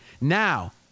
Now